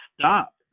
stop